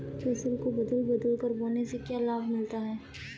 फसल को बदल बदल कर बोने से क्या लाभ मिलता है?